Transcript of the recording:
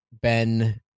Ben